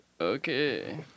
Okay